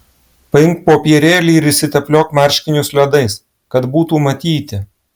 paimk popierėlį ir išsitepliok marškinius ledais kad būtų matyti